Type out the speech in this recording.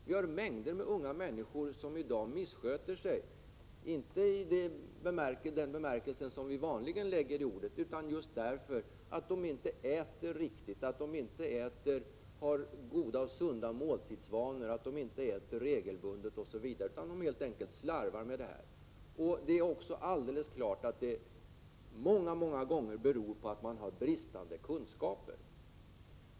Det finns mängder av unga människor som i dag missköter sig, inte i den bemärkelse som vanligen läggs i ordet, utan just därför att de inte äter riktigt, inte har goda och sunda måltidsvanor och inte äter regelbundet utan helt enkelt slarvar. Det är helt klart att det många gånger beror på att de har bristande kunskaper.